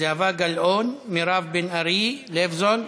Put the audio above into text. זהבה גלאון, מירב בן ארי, לייבזון,